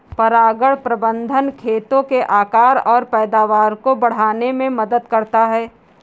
परागण प्रबंधन खेतों के आकार और पैदावार को बढ़ाने में मदद करता है